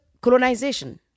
colonization